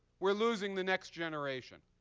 we're losing the next generation.